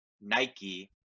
Nike